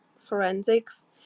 forensics